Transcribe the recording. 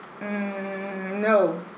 No